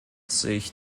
sich